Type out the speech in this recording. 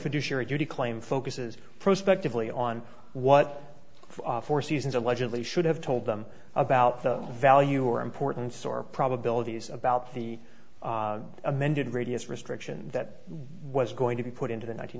fiduciary duty claim focuses prospectively on what four seasons allegedly should have told them about the value or importance or probabilities about the amended radius restriction that was going to be put into the nine